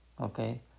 Okay